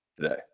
today